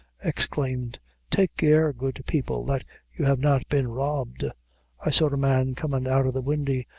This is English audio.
exclaimed take care, good people, that you have not been robbed i saw a man comin' out of the windy,